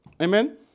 Amen